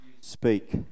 speak